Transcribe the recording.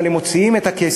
אבל הם מוציאים את הכסף,